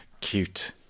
cute